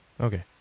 okay